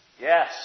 Yes